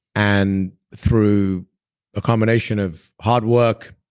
and through a combination of hard work,